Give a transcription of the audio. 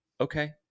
Okay